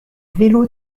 vélo